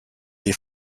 est